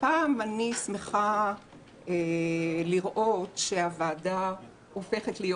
הפעם אני שמחה לראות שהוועדה הופכת להיות